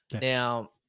Now